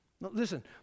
Listen